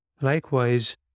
Likewise